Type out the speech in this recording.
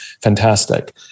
fantastic